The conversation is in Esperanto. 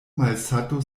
malsato